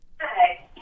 Hi